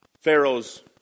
Pharaoh's